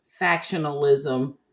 factionalism